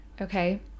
okay